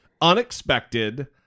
unexpected